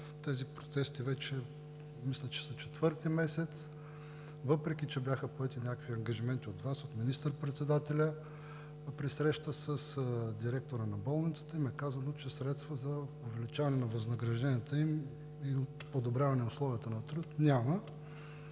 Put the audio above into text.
тези протести са вече четвърти месец, въпреки че бяха поети някакви ангажименти от Вас и от министър-председателя. При среща с директора на болницата им е казано, че средства за увеличаване на възнагражденията им и подобряване на условията на труд няма.